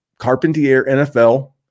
CarpentierNFL